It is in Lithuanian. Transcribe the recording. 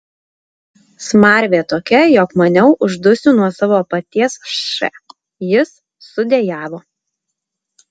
smarvė tokia jog maniau uždusiu nuo savo paties š jis sudejavo